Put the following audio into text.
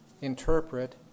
interpret